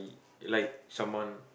like someone